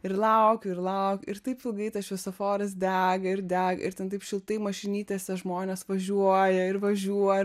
ir laukiu ir lauk ir taip ilgai tas šviesoforas dega ir dega ir ten taip šiltai mašinytėse žmonės važiuoja ir važiuoja